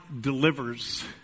delivers